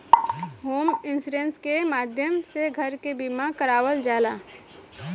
home insurance के माध्यम से घर के बीमा करावल जाला